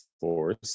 force